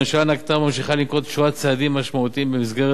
הממשלה נקטה וממשיכה לנקוט שורת צעדים משמעותיים במסגרת